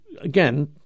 again